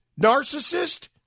narcissist